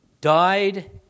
died